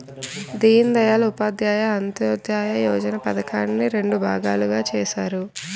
దీన్ దయాల్ ఉపాధ్యాయ అంత్యోదయ యోజన పధకాన్ని రెండు భాగాలుగా చేసారు